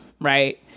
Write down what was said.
right